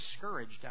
discouraged